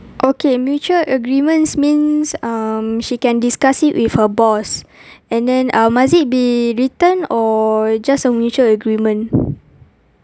okay mutual agreements means um she can discuss it with her boss and then uh must it be written or just a mutual agreement